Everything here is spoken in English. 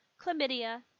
chlamydia